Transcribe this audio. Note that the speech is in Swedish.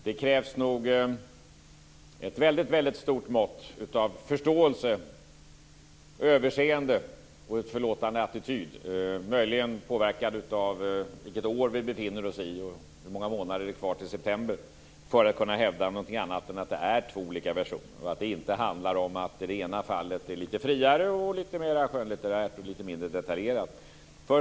Det krävs nog ett väldigt stort mått av förståelse och överseende och en förlåtande attityd, möjligen under påverkan av vilket år vi befinner oss i och hur många månader det är kvar till september, för att kunna hävda något annat än att det är två olika versioner och att det inte handlar om att det i det ena fallet är litet friare, litet mera skönlitterärt och litet mindre detaljerat.